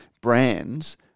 brands